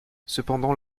cependant